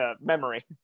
memory